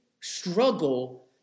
struggle